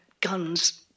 guns